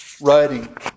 writing